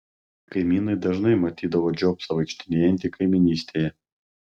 kaimynai dažnai matydavo džobsą vaikštinėjantį kaimynystėje